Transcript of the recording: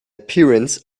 appearance